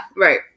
right